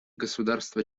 государства